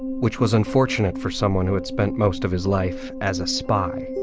which was unfortunate for someone who had spent most of his life as a spy